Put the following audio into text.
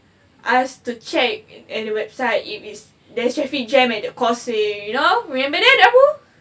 ask to check at the website if it's there's traffic jam at the causeway you know you remember that abu